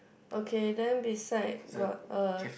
okay then beside got a